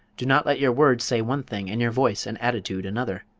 do not let your words say one thing, and your voice and attitude another.